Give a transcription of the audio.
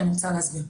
אני רוצה להסביר.